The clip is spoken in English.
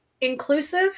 inclusive